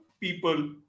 people